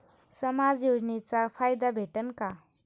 समाज योजनेचा फायदा भेटन का?